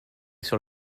sur